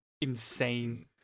insane